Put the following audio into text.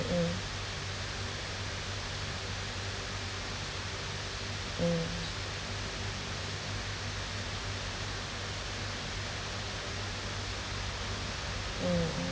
mm mm mmhmm